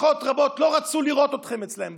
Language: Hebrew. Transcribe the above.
משפחות רבות לא רצו לראות אתכם אצלם בבית,